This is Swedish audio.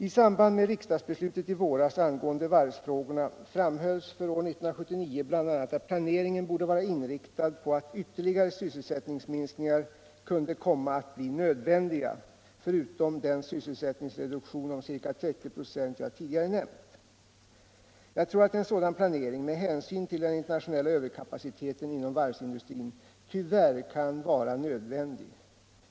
I samband med riksdagsbeslutet i våras angående varvsfrågorna framhölls för år 1979 bl.a. att planeringen borde vara inriktad på att ytterligare sysselsättningsminskningar kunde komma att bli nödvändiga, förutom den sysselsättningsreduktion om ca 30 96 jag tidigare nämnt. Jag tror att en sådan planering, med hänsyn till den internationella överkapaciteten inom varvsindustrin, tyvärr kan vara nödvändig.